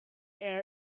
air